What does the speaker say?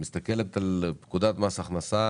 את מסתכלת על פקודת מס הכנסה,